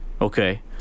Okay